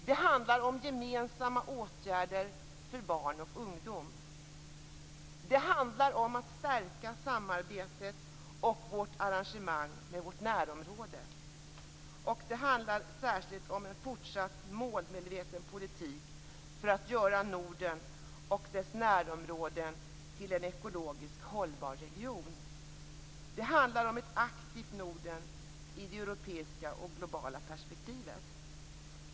Det handlar om gemensamma åtgärder för barn och ungdom. Det handlar om att stärka samarbetet och vårt engagemang i vårt närområde. Det handlar särskilt om en fortsatt målmedveten politik för att göra Norden och dess närområden till en ekologiskt hållbar region. Det handlar om ett aktivt Norden i det europeiska och globala perspektivet.